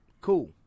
Cool